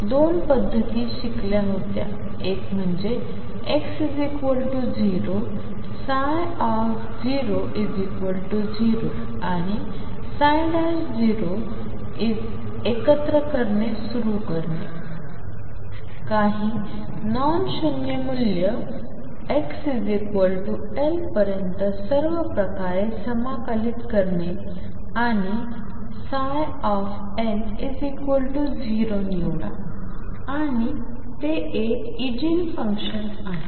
आपण दोन पद्धती शिकल्या होत्या एक म्हणजे x 0 00 आणि एकत्र करणे सुरू करणे काही नॉन शून्य मूल्य x L पर्यंत सर्व प्रकारे समाकलित करणे आणि L0 निवडा आणि ते एक ऐजन फुन्कशन आहे